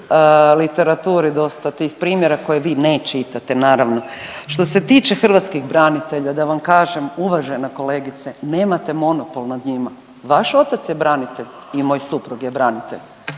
literaturi dosta tih primjera koje vi ne čitate naravno. Što se tiče hrvatskih branitelja da vam kažem uvažena kolegice nemate monopol nad njima. Vaš otac je branitelj i moj suprug je branitelj.